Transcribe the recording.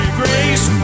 grace